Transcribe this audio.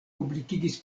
publikigis